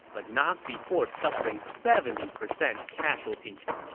but not before suffering seventy percent casualties.